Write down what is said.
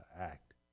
Act